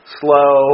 slow